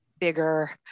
bigger